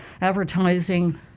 advertising